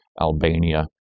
Albania